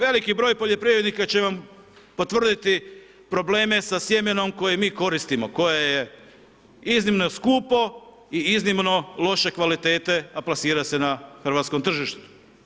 Veliki broj poljoprivrednika će vam potvrditi probleme sa sjemenom koje mi koristimo, koje je iznimno skupo i iznimno loše kvalitete, a plasira se na hrvatskom tržištu.